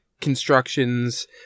constructions